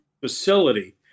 facility